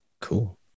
Cool